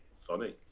funny